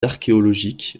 archéologiques